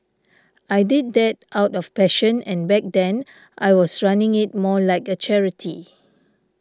I did that out of passion and back then I was running it more like a charity